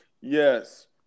Yes